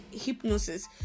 hypnosis